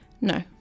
No